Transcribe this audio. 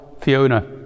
Fiona